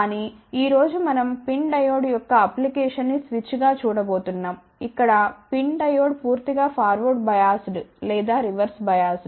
కానీ ఈ రోజు మనం PIN డయోడ్ యొక్క అప్లికేషన్ ని స్విచ్ గా చూడబోతున్నాం ఇక్కడ PIN డయోడ్ పూర్తిగా ఫార్వర్డ్ బయాస్డ్ లేదా రివర్స్ బయాస్డ్